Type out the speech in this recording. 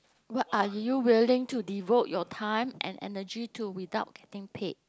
what are you willing to devote your time and energy to without getting paid